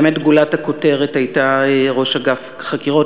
באמת גולת הכותרת הייתה ראש אגף חקירות.